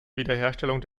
wiederherstellung